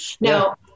now